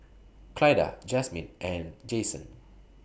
Clyda Jasmine and Jayson